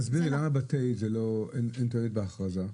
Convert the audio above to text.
תסבירי למה בתה אין תועלת בהכרזה.